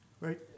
Right